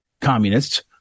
communists